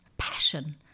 passion